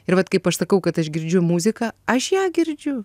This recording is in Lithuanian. ir vat kaip aš sakau kad aš girdžiu muziką aš ją girdžiu